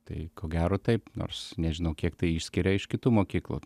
tai ko gero taip nors nežinau kiek tai išskiria iš kitų mokyklų